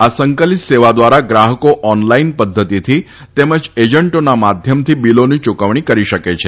આ સંકલિત સેવા દ્વારા ગ્રાહકો ઓન લાઇન પધ્ધતીથિ તેમજ એજન્ટોના માધ્યમથી બીલોની યુકવણી કરી શકે છે